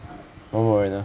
某某人 loh